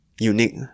Unique